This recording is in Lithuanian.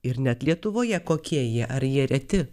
ir net lietuvoje kokie jie ar jie reti